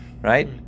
right